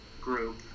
group